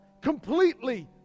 completely